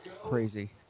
Crazy